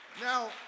Now